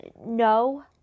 No